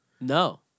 No